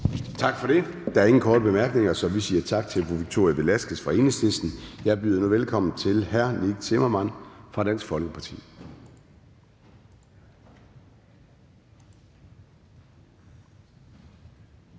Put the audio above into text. Tak for det. Der er ingen korte bemærkninger, så vi siger tak til fru Victoria Velasquez fra Enhedslisten. Jeg byder nu velkommen til hr. Nick Zimmermann fra Dansk Folkeparti.